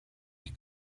die